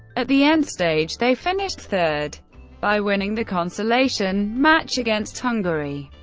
at the end stage, they finished third by winning the consolation match against hungary.